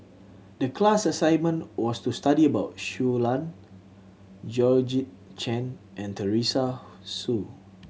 the class assignment was to study about Shui Lan Georgette Chen and Teresa Hsu